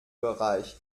bereich